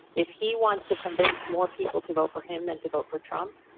if he wants to convince more people to vote for him, then to vote for trump,